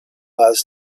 mass